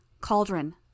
Cauldron